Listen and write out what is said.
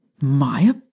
Maya